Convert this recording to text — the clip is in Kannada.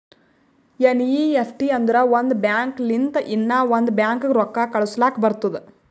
ಎನ್.ಈ.ಎಫ್.ಟಿ ಅಂದುರ್ ಒಂದ್ ಬ್ಯಾಂಕ್ ಲಿಂತ ಇನ್ನಾ ಒಂದ್ ಬ್ಯಾಂಕ್ಗ ರೊಕ್ಕಾ ಕಳುಸ್ಲಾಕ್ ಬರ್ತುದ್